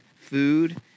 food